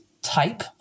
type